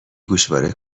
گوشواره